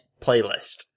playlist